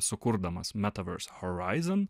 sukurdamas metaverse horizon